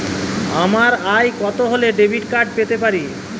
আমার আয় কত হলে ডেবিট কার্ড পেতে পারি?